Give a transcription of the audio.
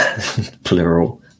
plural